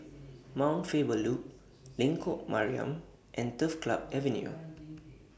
Mount Faber Loop Lengkok Mariam and Turf Club Avenue